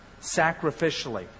sacrificially